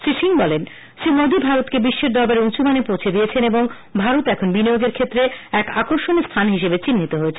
শ্রী সিং বলেন শ্রী মোদী ভারতকে বিশ্বের দরবারে উঁচুমানে পৌঁছে দিয়েছেন এবং ভারত এখন বিনিয়োগের ক্ষেত্রে এক আকর্ষনীয় স্থান হিসেবে চিহ্নিত হয়েছে